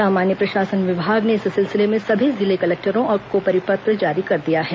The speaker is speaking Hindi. सामान्य प्रशासन विभाग ने इस सिलसिले में सभी जिला कलेक्टरों को परिपत्र जारी कर दिया है